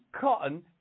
Cotton